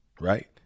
Right